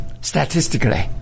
statistically